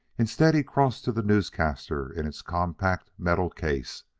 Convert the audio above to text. instead he crossed to the newscaster in its compact, metal case.